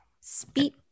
speed